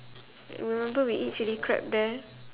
remember we eat chili crab there